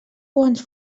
guants